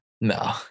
no